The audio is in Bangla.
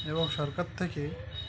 এবং সরকার থেকে